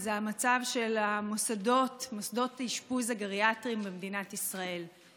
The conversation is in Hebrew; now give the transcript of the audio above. וזה המצב של מוסדות האשפוז הגריאטריים במדינת ישראל.